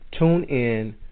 TuneIn